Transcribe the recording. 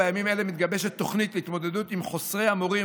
בימים אלה מתגבשת תוכנית להתמודדות עם חוסרי המורים,